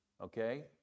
okay